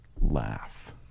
laugh